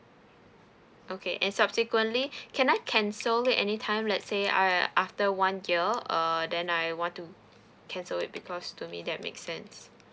okay and subsequently can I cancel it anytime let's say I after one year err then I want to cancel it because to me that make sense